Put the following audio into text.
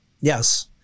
Yes